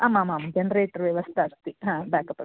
आमां जनरेटर् व्यवस्था अस्ति हा बेकप् अस्ति